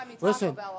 Listen